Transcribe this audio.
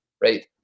right